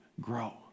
grow